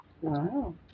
Wow